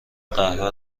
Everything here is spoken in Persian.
قهوه